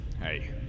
Hey